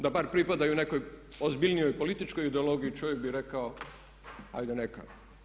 Da bar pripadaju nekoj ozbiljnoj političkoj ideologiji čovjek bi rekao ajde neka.